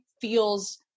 feels